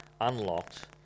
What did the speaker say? unlocked